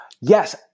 yes